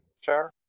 Sure